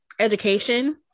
education